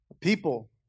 People